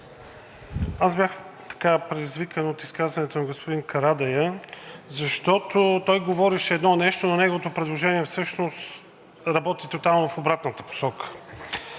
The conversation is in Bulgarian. Аз бях предизвикан от изказването на господин Карадайъ, защото той говореше едно нещо, но неговото предложение работи тотално в обратната посока.